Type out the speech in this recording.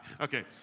Okay